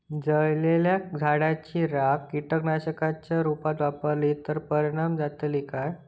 जळालेल्या झाडाची रखा कीटकनाशकांच्या रुपात वापरली तर परिणाम जातली काय?